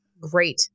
great